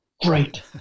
great